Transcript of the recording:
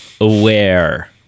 aware